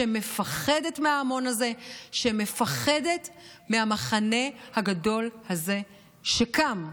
שמפחדת מההמון הזה, שמפחדת מהמחנה הגדול הזה שקם.